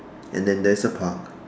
and then there is the park